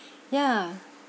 yeah